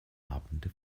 abende